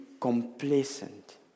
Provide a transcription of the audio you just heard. complacent